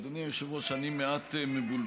אדוני היושב-ראש, אני מעט מבולבל.